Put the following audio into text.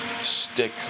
stick